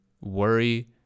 worry